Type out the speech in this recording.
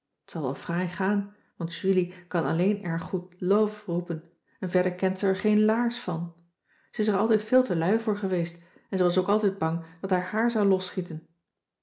wel fraai gaan want julie kan alleen erg goed love roepen en verder kent ze er geen laars van ze is er altijd veel te lui voor geweest en ze was ook altijd bang dat haar haar zou losschieten